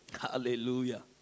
Hallelujah